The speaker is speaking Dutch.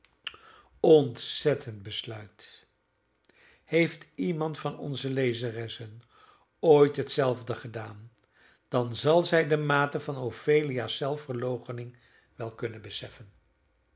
ontzettend besluit heeft iemand van onze lezeressen ooit hetzelfde gedaan dan zal zij de mate van ophelia's zelfverloochening wel kunnen beseffen